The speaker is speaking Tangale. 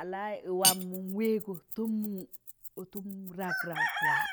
Alayị waam mụ wẹẹgọ tọm mụ ọtụkọn rẹgragwa na